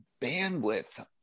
bandwidth